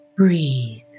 Breathe